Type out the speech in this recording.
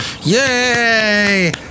Yay